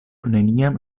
neniam